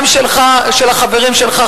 גם של החברים שלך,